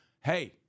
hey